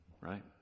right